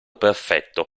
perfetto